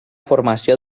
formació